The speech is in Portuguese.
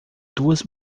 duas